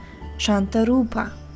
Chantarupa